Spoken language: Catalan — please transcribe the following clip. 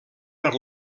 per